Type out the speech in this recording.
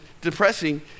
depressing